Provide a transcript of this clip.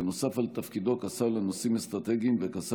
נוסף על תפקידו כשר לנושאים אסטרטגיים וכשר